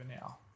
now